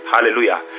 Hallelujah